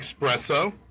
espresso